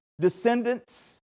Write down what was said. descendants